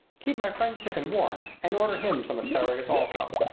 keep my friend's chicken warm and order him some asparagus also.